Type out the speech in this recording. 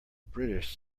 british